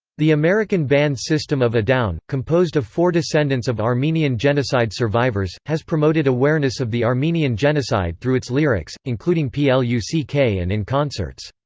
the american band system of a down, composed of four descendants of armenian genocide survivors, has promoted awareness of the armenian genocide through its lyrics, including p l u c k. and in concerts.